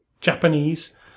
Japanese